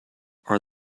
are